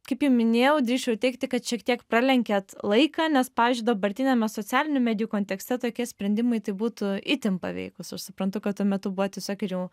kaip jau minėjau drįsčiau teigti kad šiek tiek pralenkėt laiką nes pavyzdžiui dabartiniame socialinių medijų kontekste tokie sprendimai tai būtų itin paveikūs aš suprantu kad tuo metu buvo tiesiog ir jau